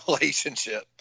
relationship